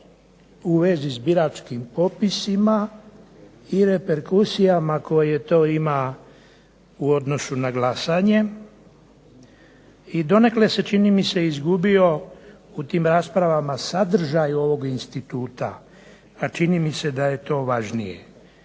u vezi s biračkim popisima i reperkusijama koje to ima u odnosu na glasanje. I donekle se čini mi se izgubio u tim raspravama sadržaj ovog instituta, a čini mi se da je to važnije.